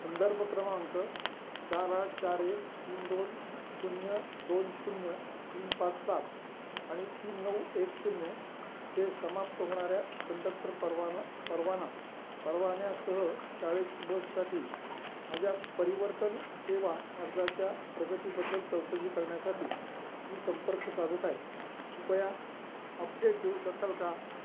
संदर्भ क्रमांक चार आठ चार एक तीन दोन शून्य दोन शून्य तीन पाच सात आणि तीन नऊ एक शून्य जे समाप्त होणाऱ्या कंडक्टर परवान परवाना परवान्यासह शाळेची बससाठी माझ्या परिवर्तन सेवा अर्जाच्या प्रगतीबद्दल चौकशी करण्यासाठी मी संपर्क साधत आहे कृपया अपडेट देऊ शकाल का